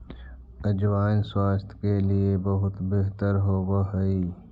अजवाइन स्वास्थ्य के लिए बहुत बेहतर होवअ हई